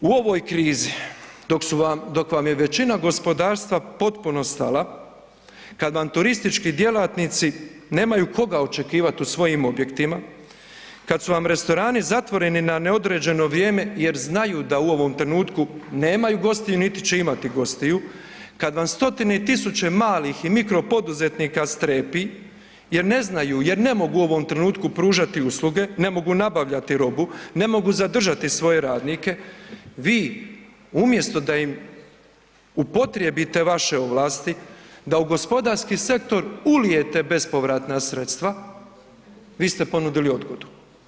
U ovoj krizi dok su vam, dok vam je većina gospodarstva potpuno stala, kad vam turistički djelatnici nemaju koga očekivat u svojim objektima, kad su vam restorani zatvoreni na neodređeno vrijeme jer znaju da u ovom trenutku nemaju gostiju, niti će imati gostiju, kad vam stotine i tisuće malih i mikro poduzetnika strepi jer ne znaju, jer ne mogu u ovom trenutku pružati usluge, ne mogu nabavljati robu, ne mogu zadržati svoje radnike, vi umjesto da im upotrijebite vaše ovlasti, da u gospodarski sektor ulijete bespovratna sredstva, vi ste ponudili odgodu.